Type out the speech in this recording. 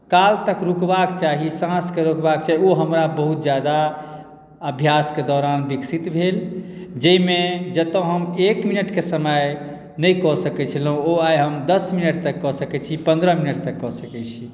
काल तक रुकबाक चाही साँसकेँ रोकबाक चाही ओ हमरा बहुत ज्यादा अभ्यासके दौरान विकसित भेल जाहिमे जतय हम एक मिनटके समय नहि कऽ सकैत छलहुँ ओ आइ हम दस मिनट तक कऽ सकैत छी पन्द्रह मिनट तक कऽ सकैत छी